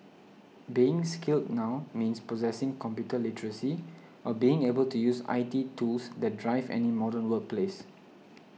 being skilled now means possessing computer literacy or being able to use I T tools that drive any modern workplace